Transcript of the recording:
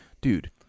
Dude